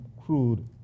crude